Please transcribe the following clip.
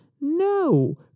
No